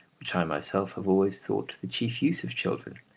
which i myself have always thought the chief use of children,